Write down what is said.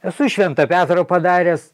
esu šventą petrą padaręs